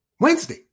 Wednesday